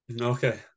Okay